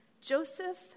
Joseph